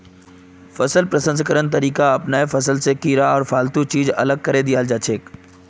फसल प्रसंस्करण तरीका अपनैं फसल स कीड़ा आर फालतू चीज अलग करें दियाल जाछेक